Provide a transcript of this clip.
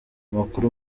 amakuru